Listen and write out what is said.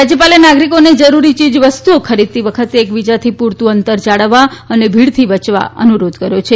રાજયપાલે નાગરીકોને જરૂરી ચીજવસ્તુઓ ખરીદતી વખતે એકબીજાથી પુરતુ અંતર જાળવવા અને ભીડથી બચવા અનુરોધ કર્યો છે